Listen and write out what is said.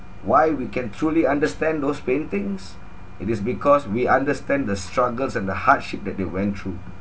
why we can truly understand those paintings it is because we understand the struggles and the hardship that they went through